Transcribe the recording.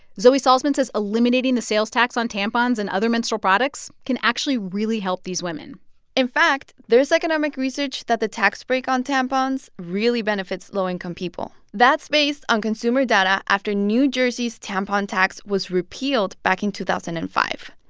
zoe salzman says eliminating the sales tax on tampons and other menstrual products can actually really help these women in fact, there's economic research that the tax break on tampons really benefits low-income people. that's based on consumer data after new jersey's tampon tax was repealed back in two thousand and five.